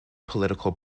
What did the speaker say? political